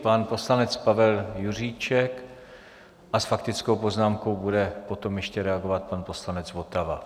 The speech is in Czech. Pan poslanec Pavel Juříček a s faktickou poznámkou bude potom ještě reagovat pan poslanec Votava.